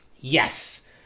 Yes